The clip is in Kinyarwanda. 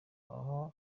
aho